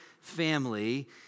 family